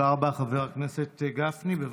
חבר הכנסת גפני, בבקשה.